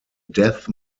death